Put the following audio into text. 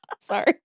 Sorry